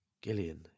Gillian